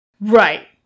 Right